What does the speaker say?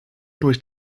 durch